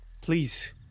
Please